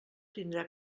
tindrà